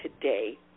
today